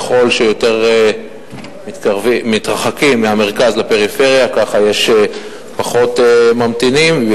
ככל שיותר מתרחקים מהמרכז לפריפריה כך יש פחות ממתינים,